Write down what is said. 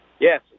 yes